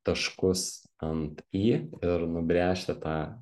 taškus ant i ir nubrėžti tą